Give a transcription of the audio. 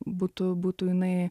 būtų būtų jinai